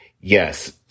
Yes